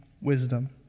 wisdom